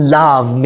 love